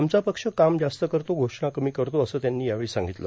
आमचा पक्ष काम जास्त करतो घोषणा कमी करतो असं त्यांनी यावेळी सांगितलं